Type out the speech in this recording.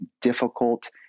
difficult